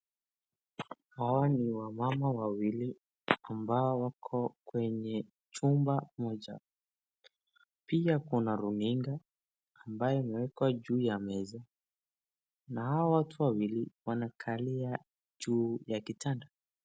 Hawa ni wamama wawili ambao wako kwenye chumba moja. Pia kuna runinga ambayo imwekwa juu ya meza na hawa watu wawili wanakalia juu ya kitanda.